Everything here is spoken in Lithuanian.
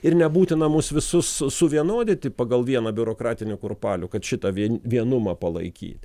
ir nebūtina mus visus suvienodinti pagal vieną biurokratinį kurpalių kad šitą vien vienumą palaikyt